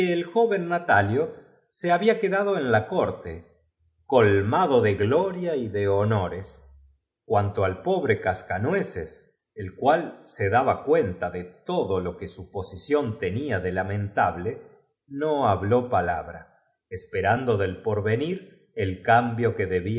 el joven natali o se había quedado en la corte colmado de gloria y de honores cuanto al pobre cascanueces el cual se daba cuenta de todo lo que s u posición tenía de lamentable no habló palabra esperando del porvenir el cambio que debía